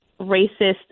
racist